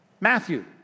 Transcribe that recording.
Matthew